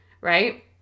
right